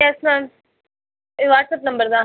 S ma'am இது WhatsApp number தான்